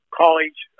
college